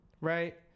right